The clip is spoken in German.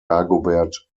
dagobert